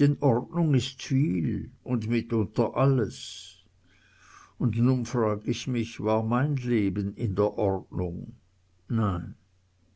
denn ordnung ist viel und mitunter alles und nun frag ich mich war mein leben in der ordnung nein